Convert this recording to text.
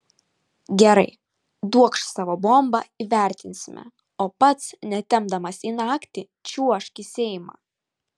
gerai duokš savo bombą įvertinsime o pats netempdamas į naktį čiuožk į seimą